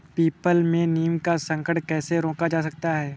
People में नीम का संकरण कैसे रोका जा सकता है?